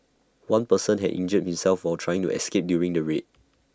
one person had injured himself for trying to escape during the raid